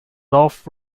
north